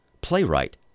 playwright